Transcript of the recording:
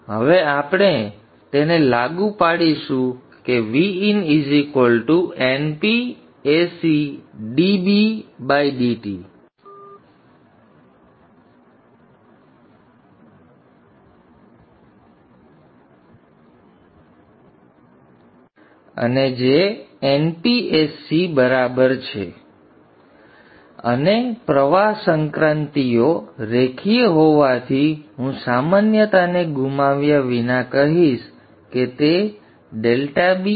હવે આપણે તેને લાગુ પાડીશું કે Vin Np Ac અને જે Np Ac બરાબર છે અને પ્રવાહ સંક્રાન્તિઓ રેખીય હોવાથી હું સામાન્યતાને ગુમાવ્યા વિના કહીશ કે તે ∆B∆T છે